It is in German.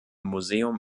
museum